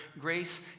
grace